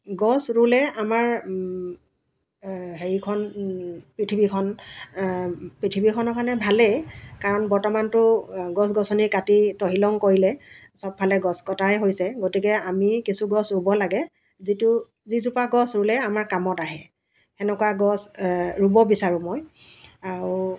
গছ ৰুলে আমাৰ হেৰিখন পৃথিৱীখন পৃথিৱীখনৰ কাৰণে ভালেই কাৰণ বৰ্তমানতো গছ গছনি কাটি তহিলং কৰিলে চবফালে গছ কটাই হৈছে গতিকে আমি কিছু গছ ৰুব লাগে যিটো যিজোপা গছ ৰুলে আমাৰ কামত আহে সেনেকুৱা গছ ৰুব বিচাৰোঁ মই আৰু